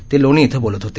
ते लोणी इथं बोलत होते